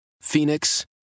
Phoenix